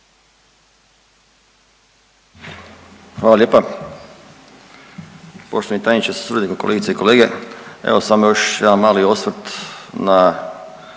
Hvala lijepa. Poštovani tajniče sa suradnikom, kolegice i kolege evo samo još jedan mali osvrt na